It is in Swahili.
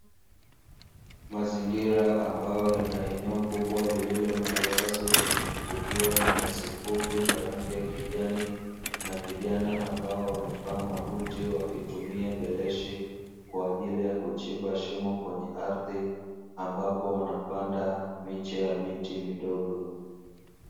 Mazingira ambayo yana eneo kubwa lililo na uwazi kukiwa na nyasi fupi za rangi ya kijani, na vijana ambao wamevaa mabuti wakitumia beleshi kwa ajili ya kuchimba shimo kwenye ardhi ambapo wanapanda miche ya miti midogo.